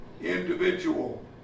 Individual